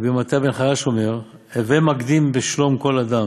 רבי מתיה בן חרש אומר, הווי מקדים בשלום כל אדם,